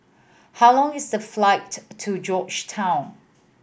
how long is the flight to Georgetown